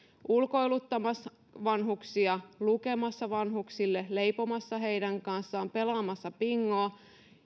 ulkoiluttamassa vanhuksia lukemassa vanhuksille leipomassa heidän kanssaan pelaamassa bingoa